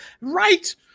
right